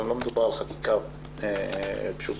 לא מדובר בחקיקה פשוטה,